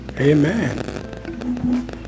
Amen